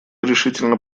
решительно